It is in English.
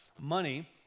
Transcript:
money